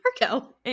Marco